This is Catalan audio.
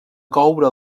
coure